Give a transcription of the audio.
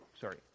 Sorry